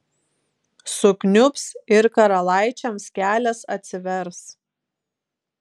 sukniubs ir karalaičiams kelias atsivers